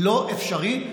לא אפשרי,